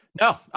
No